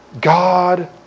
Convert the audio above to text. God